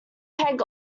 peg